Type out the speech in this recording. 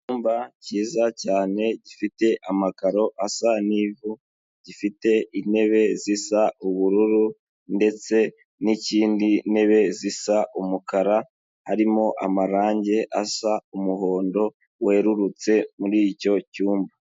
Icyumba cyiza cyane gifite amakaro asa n'ivu, gifite intebe zisa ubururu, ndetse n'ikindi ntebe zisa umukara, harimo amarangi asa umuhondo werurutse muri icyo cyumba.